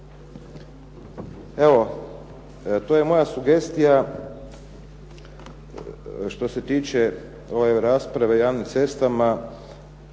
Evo, to je moja sugestija. Što se tiče ove rasprave o javnim cestama